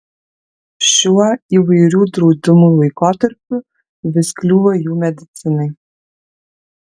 šiuo įvairių draudimų laikotarpiu vis kliūva jų medicinai